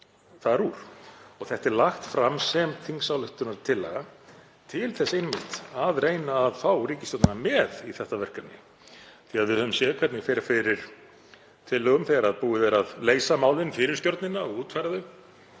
þar úr og þetta er lagt fram sem þingsályktunartillaga til þess einmitt að reyna að fá ríkisstjórnina með í þetta verkefni því að við höfum séð hvernig fer fyrir tillögum þegar búið er að leysa málin fyrir stjórninni og útfæra